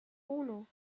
uno